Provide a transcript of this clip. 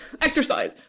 exercise